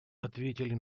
ответили